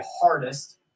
hardest